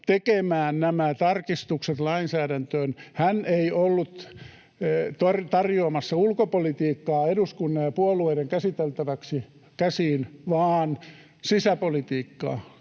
tekemään nämä tarkistukset lainsäädäntöön, ei ollut tarjoamassa ulkopolitiikkaa eduskunnan ja puolueiden käsiin vaan sisäpolitiikkaa,